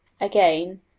Again